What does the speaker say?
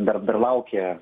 dar dar laukia